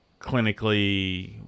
clinically